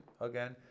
Again